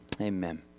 Amen